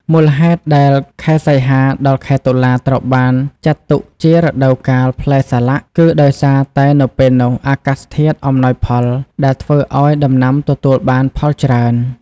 មូលហេតុដែលខែសីហាដល់ខែតុលាត្រូវបានចាត់ទុកជារដូវកាលផ្លែសាឡាក់ គឺដោយសារតែនៅពេលនោះអាកាសធាតុអំណោយផលដែលធ្វើឱ្យដំណាំទទួលបានផលច្រើន។